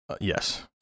Yes